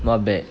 not bad